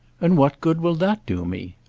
and what good will that do me?